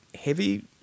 heavy